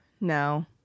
no